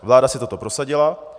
Vláda si toto prosadila.